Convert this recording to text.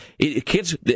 Kids